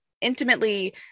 intimately